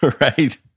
right